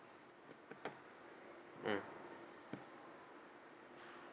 mm